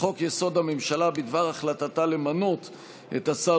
לחוק-יסוד: הממשלה בדבר החלטתה למנות את השר